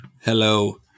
Hello